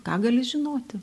ką gali žinoti